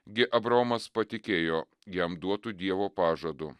gi abraomas patikėjo jam duotu dievo pažadu